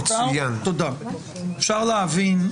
אפשר להבין,